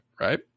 right